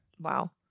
wow